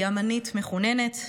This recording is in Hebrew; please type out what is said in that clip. היא אומנית מחוננת,